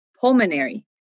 pulmonary